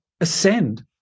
ascend